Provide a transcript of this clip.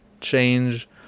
change